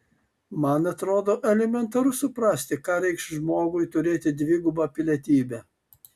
man atrodo elementaru suprasti ką reikš žmogui turėti dvigubą pilietybę